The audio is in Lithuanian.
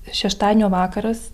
šeštadienio vakaras